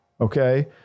okay